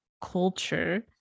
culture